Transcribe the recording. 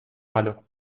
malo